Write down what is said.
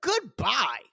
Goodbye